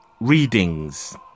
readings